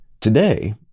Today